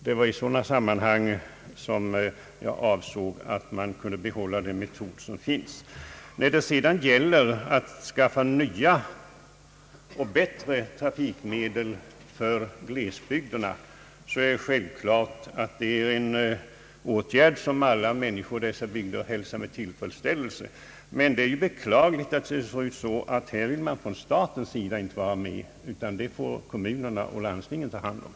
Det var i sådana sammanhang som jag avsåg att man kunde behålla den metod som finns. Att skaffa fram nya och bättre trafikmedel för glesbygderna är självklart en åtgärd som alla människor i dessa bygder hälsar med tillfredsställelse. Men det är ju beklagligt att man härvidlag inte vill vara med från statens sida utan att det är en sak som kommunerna och landstingen får svara för.